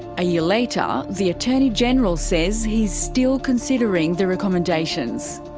a year later, the attorney general says he's still considering the recommendations.